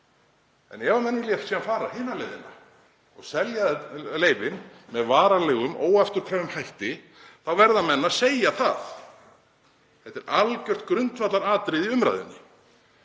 En ef menn vilja fara hina leiðina og selja leyfin með varanlegum óafturkræfum hætti þá verða menn að segja það. Þetta er algjört grundvallaratriði í umræðunni.